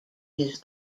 his